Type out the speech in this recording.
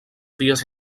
vies